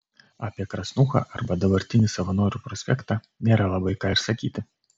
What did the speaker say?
apie krasnūchą arba dabartinį savanorių prospektą nėra labai ką ir sakyti